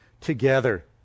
together